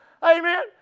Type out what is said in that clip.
Amen